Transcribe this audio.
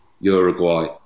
Uruguay